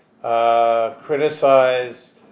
criticize